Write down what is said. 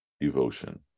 devotion